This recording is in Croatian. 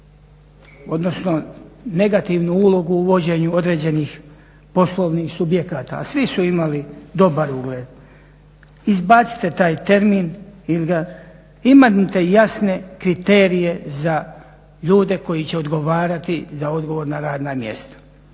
odnosno negativnu ulogu u vođenju određenih poslovnih subjekata, a svi su imali dobar ugled. Izbacite taj termin ili ga, imajte jasne kriterije za ljude koji će odgovarati za odgovorna radna mjesta.